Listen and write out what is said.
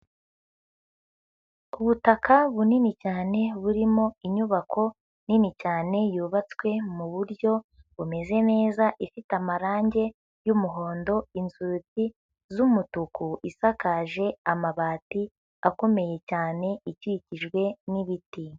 Ubutaka bunini cyane burimo inyubako nini cyane yubatswe mu buryo bumeze neza ifite amarange y'umuhondo, inzugi z'umutuku isakaje amabati akomeye cyane ikikijwe n'ibiti.